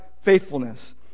faithfulness